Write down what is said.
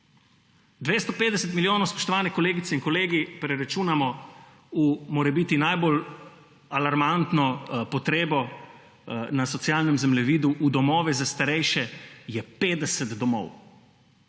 250 milijonov, spoštovane kolegice in kolegi, preračunano v morebiti najbolj alarmantno potrebo na socialnem zemljevidu, v domove za starejše, je 50 domov.